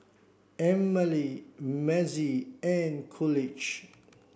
Emmalee Mazie and Coolidge